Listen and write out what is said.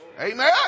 Amen